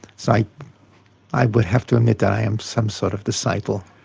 so i would have to admit that i am some sort of disciple.